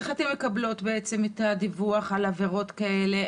איך אתן מקבלות את הדיווח על עבירות כאלה?